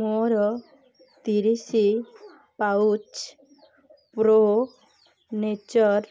ମୋର ତିରିଶ pouch pro nature